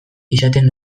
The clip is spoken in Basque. izaten